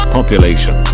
Population